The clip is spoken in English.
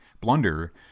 blunder